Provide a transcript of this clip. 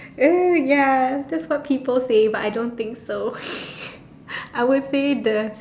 uh ya that's what people say but I don't think so I would say the